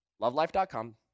Lovelife.com